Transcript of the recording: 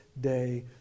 day